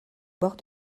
bord